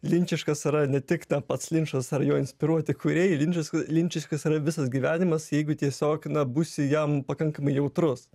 linčiškas yra ne tik ten pats linčas ar jo inspiruoti kūrėjai linčas linčiškas yra visas gyvenimas jeigu tiesiog na būsi jam pakankamai jautrus